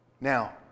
Now